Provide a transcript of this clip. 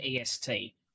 EST